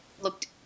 Looked